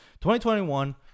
2021